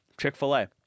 Chick-fil-A